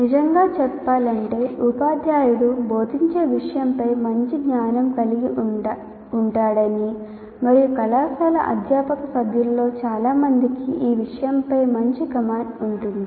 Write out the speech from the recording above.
నిజం గా చెప్పాలంటే ఉపాధ్యాయుడు బోధించే విషయంపై మంచి జ్ఞానం కలిగి ఉంటాడని మరియు కళాశాల అధ్యాపక సభ్యులలో చాలామందికి ఈ విషయంపై మంచి కమాండ్ ఉంటుంది